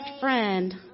friend